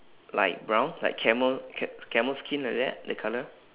like brown like camel ca~ camel skin like that the colour